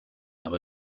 aber